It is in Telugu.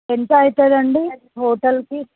ఎంత అవుతుంది అండి హోటల్కి